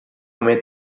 come